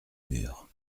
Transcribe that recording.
murs